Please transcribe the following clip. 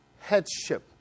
headship